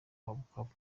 bukavu